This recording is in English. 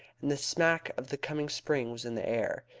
and the smack of the coming spring was in the air.